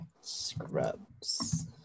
Scrubs